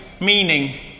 meaning